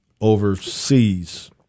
overseas